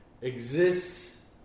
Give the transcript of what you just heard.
exists